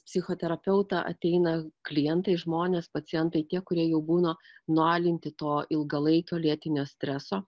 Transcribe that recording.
psichoterapeutą ateina klientai žmonės pacientai tie kurie jau būna nualinti to ilgalaikio lėtinio streso